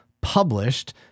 published